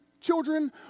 children